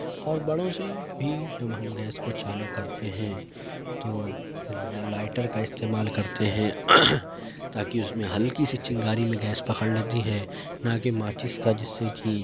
اور بڑوں سے بھی جب ہم گیس کو چالو کرتے ہیں تو لائٹر کا استعمال کرتے ہیں تا کہ اس میں ہلکی سی چنگاری میں گیس پکڑ لیتی ہے نہ کہ ماچس کا جس سے کہ